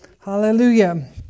Hallelujah